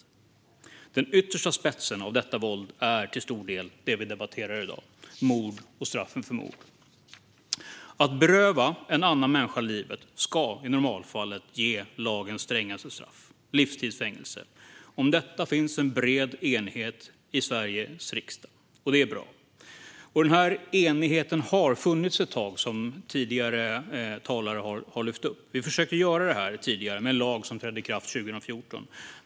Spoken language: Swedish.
Den yttersta spetsen av detta våld är till stor del det vi debatterar i dag: mord och straffen för mord. Att beröva en annan människa livet ska i normalfallet ge lagens strängaste straff: livstids fängelse. Om detta finns en bred enighet i Sveriges riksdag, och det är bra. Denna enighet har funnits ett tag, vilket tidigare talare har nämnt. Vi försökte göra det här tidigare med en lag som trädde i kraft 2014.